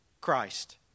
Christ